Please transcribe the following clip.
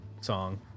song